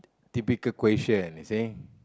typical question you see